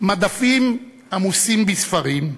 מדפים עמוסים בספרים,